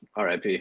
RIP